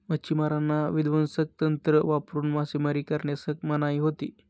मच्छिमारांना विध्वंसक तंत्र वापरून मासेमारी करण्यास मनाई होती